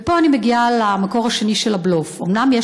ופה אני מגיעה למקור השני של הבלוף: אומנם יש